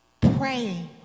Pray